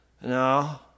No